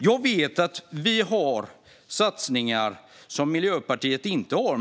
Jag vet att vi har satsningar som Miljöpartiet inte har.